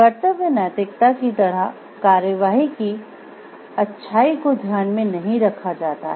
कर्तव्य नैतिकता की तरह कार्रवाई की अच्छाई को ध्यान में नहीं रखा जाता है